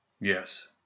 Yes